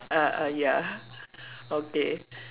ah ah ya okay